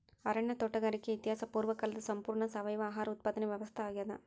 ಅರಣ್ಯ ತೋಟಗಾರಿಕೆ ಇತಿಹಾಸ ಪೂರ್ವಕಾಲದ ಸಂಪೂರ್ಣ ಸಾವಯವ ಆಹಾರ ಉತ್ಪಾದನೆ ವ್ಯವಸ್ಥಾ ಆಗ್ಯಾದ